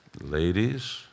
Ladies